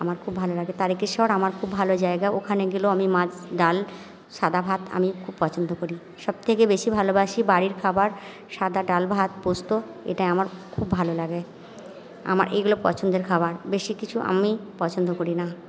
আমার খুব ভালো লাগে তারকেশ্বর আমার খুব ভালো জায়গা ওখানে গেলেও আমি মাছ ডাল সাদা ভাত আমি খুব পছন্দ করি সব থেকে বেশি ভালোবাসি বাড়ির খাবার সাদা ডাল ভাত পোস্ত এটা আমার খুব ভাল লাগে আমার এগুলো পছন্দের খাবার বেশি কিছু আমি পছন্দ করি না